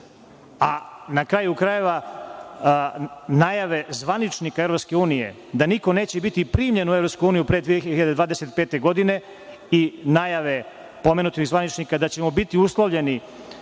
EU.Na kraju krajeva, najave zvaničnika EU, da niko neće biti primljen u EU pre 2025. godine i najave pomenutih zvaničnika da ćemo biti uslovljeni